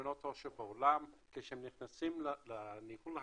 העושר בעולם, כשנכנסים לניהול השקעות,